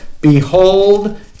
Behold